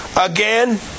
again